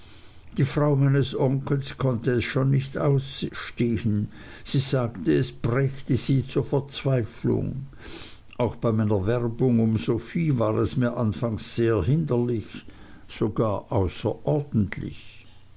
die frau meines onkels konnte es schon nicht ausstehen sie sagte es brächte sie zur verzweiflung auch bei meiner werbung um sophie war es mir anfangs sehr hinderlich sogar außerordentlich